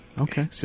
Okay